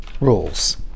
rules